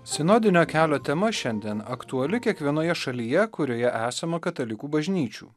sinodinio kelio tema šiandien aktuali kiekvienoje šalyje kurioje esama katalikų bažnyčių